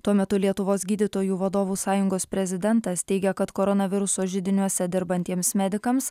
tuo metu lietuvos gydytojų vadovų sąjungos prezidentas teigia kad koronaviruso židiniuose dirbantiems medikams